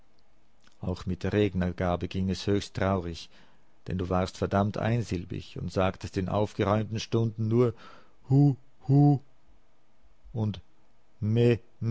auch mit der rednergabe ging es höchst traurig denn du warst verdammt einsilbig und sagtest in aufgeräumten stunden nur hu hu und